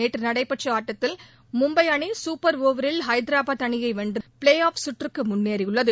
நேற்று நடைபெற்ற ஆட்டத்தில் மும்பை அணி குப்பர் ஒவரில் ஐதராபாத் அணியை வென்று பிளே ஆஃப் சுற்றுக்கு முன்னேறியுள்ளது